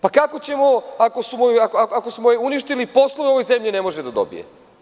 Pa, kako ćemo ako smo je uništili, poslove u ovoj zemlji ne može da dobije.